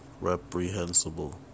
reprehensible